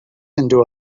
into